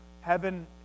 heaven